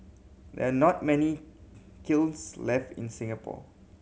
there are not many kilns left in Singapore